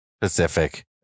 Pacific